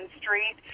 street